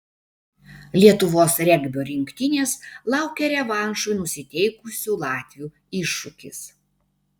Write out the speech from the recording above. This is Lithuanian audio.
lietuvos regbio rinktinės laukia revanšui nusiteikusių latvių iššūkis